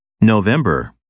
November